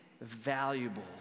valuable